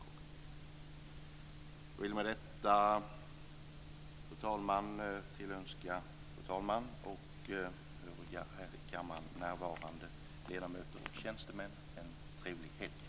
Jag vill med detta tillönska fru talmannen och övriga här i kammaren närvarande ledamöter och tjänstemän en trevlig helg.